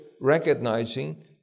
recognizing